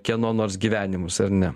kieno nors gyvenimus ar ne